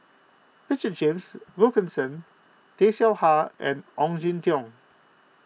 Richard James Wilkinson Tay Seow Huah and Ong Jin Teong